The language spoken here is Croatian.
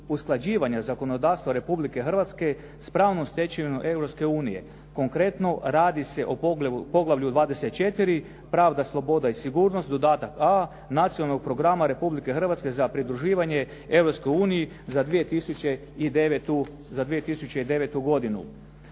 usklađivanja zakonodavstva Republike Hrvatske sa pravnom stečevinom Europske unije. Konkretno radi se o poglavlju 24. pravda, sloboda i sigurnost, dodatak a) nacionalnog programa Republike Hrvatske za pridruživanje Europskoj uniji za 2009. godinu.